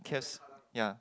case yea